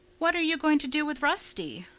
what are you going to do with rusty?